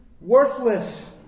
Worthless